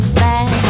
back